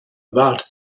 about